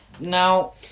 Now